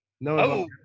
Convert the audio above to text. no